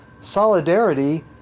solidarity